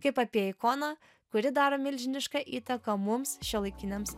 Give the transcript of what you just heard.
kaip apie ikoną kuri daro milžinišką įtaką mums šiuolaikiniams